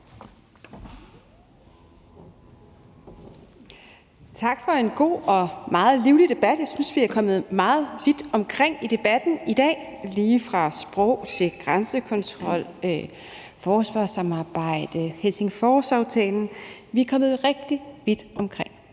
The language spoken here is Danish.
Tak for en god og meget livlig debat. Jeg synes, vi er kommet meget vidt omkring i debatten i dag. Det er alt lige fra sprog til grænsekontrol, forsvarssamarbejde og Helsingforsaftalen. Vi er kommet rigtig vidt omkring